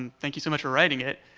and thank you so much for writing it.